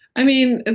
i mean,